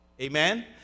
Amen